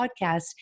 podcast